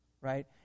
Right